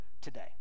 today